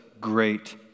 great